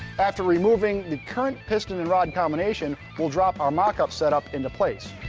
after removing the current piston and rod combination we'll drop our mock up setup into place.